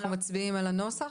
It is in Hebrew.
אנחנו מצביעים על הנוסח.